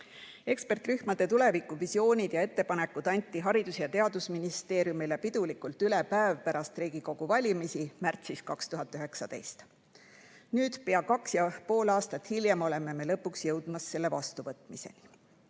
Ekspertrühmade tulevikuvisioonid ja ettepanekud anti Haridus‑ ja Teadusministeeriumile pidulikult üle päev pärast Riigikogu valimisi märtsis 2019. Nüüd, pea kaks ja pool aastat hiljem, oleme lõpuks jõudmas selle vastuvõtmiseni.